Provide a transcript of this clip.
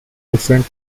different